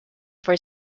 for